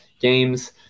games